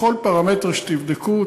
בכל פרמטר שתבדקו,